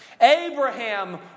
Abraham